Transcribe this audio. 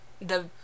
the-